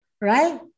Right